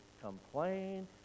complain